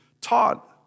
taught